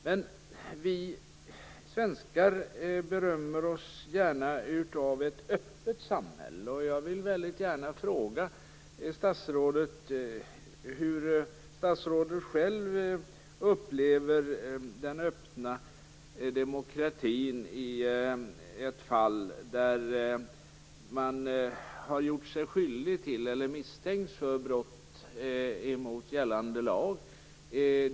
Men vi svenskar berömmer oss gärna av ett öppet samhälle. Jag vill gärna fråga statsrådet hur hon själv upplever den öppna demokratin i ett fall där man har gjort sig skyldig till eller misstänks för brott mot gällande lag.